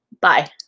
Bye